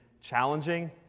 challenging